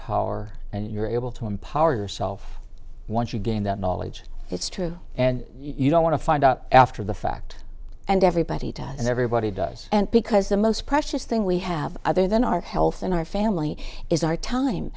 power and you're able to empower yourself once you gain that knowledge it's true and you don't want to find out after the fact and everybody does everybody does and because the most precious thing we have other than our health and our family is our time